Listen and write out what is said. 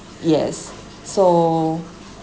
yes so